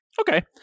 Okay